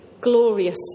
glorious